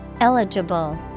Eligible